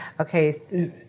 okay